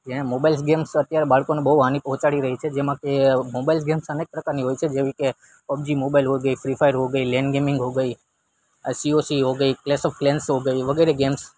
જેણે mobile games અત્યારે બાળકોને બહુ હાની પહોંચાડી રહી છે જેમાં કે મોબાઈલ ગેમ્સ અનેક પ્રકારની હોય છે જેવી કે પબજી મોબાઈલ હો ગઈ ફ્રી ફાયર હો ગઈ લેન ગેમિંગ હો ગઈ આ સીઓસી હો ગઈ કલેસ ઓફ કલેન્સ હો ગઈ વગેરે ગેમ્સ